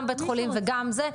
גם בית חולים וגם זה.